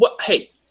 Hey